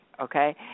Okay